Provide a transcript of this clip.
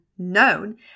Known